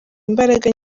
imbaraga